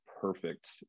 perfect